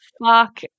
fuck